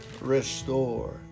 restore